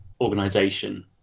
organization